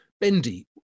Bendy